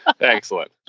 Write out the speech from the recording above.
Excellent